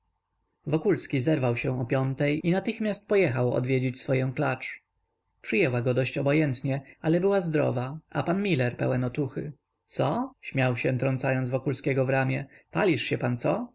wokulski zerwał się o piątej i natychmiast pojechał odwiedzić swoję klacz przyjęła go dość obojętnie ale była zdrowa a pan miller pełen otuchy co śmiał się trącając wokulskiego w ramię palisz się pan co